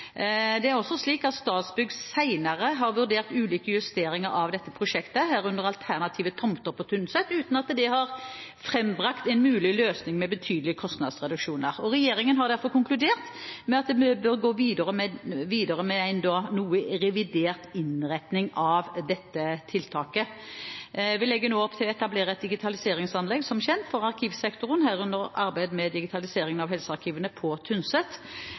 Det er også slik at Statsbygg senere har vurdert ulike justeringer av dette prosjektet, herunder alternative tomter på Tynset, uten at det har frembrakt en mulig løsning med betydelige kostnadsreduksjoner. Regjeringen har derfor konkludert med at en bør gå videre med en noe revidert innretning av dette tiltaket. Vi legger nå opp til å etablere et digitaliseringsanlegg for arkivsektoren på Tynset, som kjent, herunder arbeid med digitaliseringen av helsearkivene,